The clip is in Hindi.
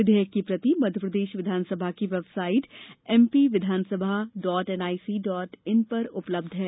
विधेयक की प्रति मध्यप्रदेश विधान सभा की website M P Vidhan Sabha NIC in पर उपलब्ध है